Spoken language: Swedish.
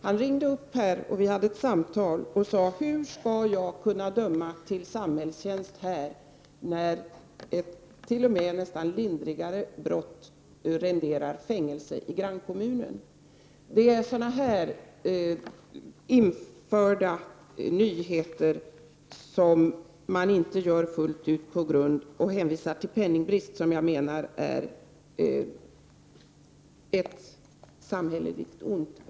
Han ringde, och vi hade ett samtal där han sade: ”Hur skall jag kunna döma till samhällstjänst när t.o.m. ett nästan lindrigare brott renderar fängelse i grannkommunen?” Sådana här nyheter, som införts och som man inte tillämpar fullt ut under hänvisning till penningbrist, är enligt min mening ett samhälleligt ont.